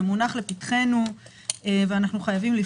זה מונח לפתחנו ואנחנו חייבים,